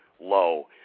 low